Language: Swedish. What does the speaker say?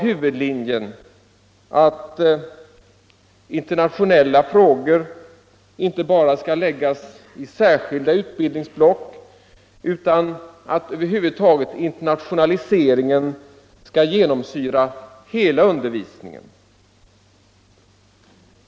Huvudprincipen är att internationella frågor inte skall läggas i särskilda utbildningsblock, utan internationaliseringen skall genomsyra hela undervisningen.